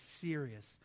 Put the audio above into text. serious